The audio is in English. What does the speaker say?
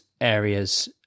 areas